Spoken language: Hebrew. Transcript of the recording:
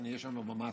שנהיה שם במאסות,